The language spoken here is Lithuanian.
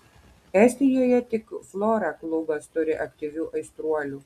estijoje tik flora klubas turi aktyvių aistruolių